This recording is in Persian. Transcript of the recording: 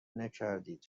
نکردید